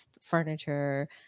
furniture